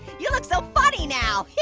you look so funny now.